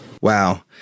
wow